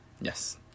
Yes